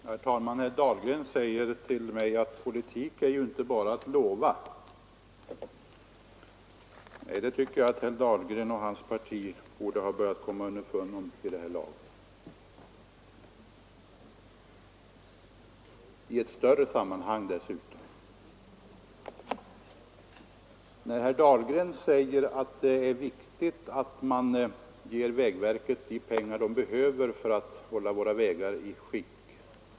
Herr talman! Herr Dahlgren säger till mig att politik inte bara är att lova. Nej, det tycker jag att herr Dahlgren och hans parti borde ha börjat komma underfund med vid det här laget — i ett större sammanhang, dessutom. Herr Dahlgren säger att det är viktigt att man ger vägverket de pengar verket behöver för att hålla våra vägar i stånd.